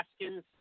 Haskins